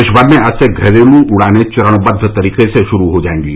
देश भर में आज से घरेलू उड़ानें चरणबद्व तरीके से शुरू हो जाएंगी